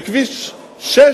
שכביש 6,